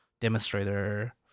demonstrator